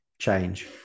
change